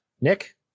nick